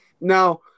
Now